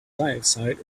dioxide